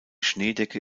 schneedecke